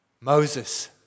Moses